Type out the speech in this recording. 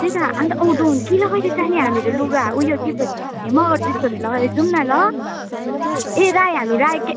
त्यही अन्त ओ डोल के लगाएको तैँले हामीहरू लुगा उयो टिसर्ट हेमानको टिसर्ट लगाएर जाऊँ न ल ए राई हामी राई के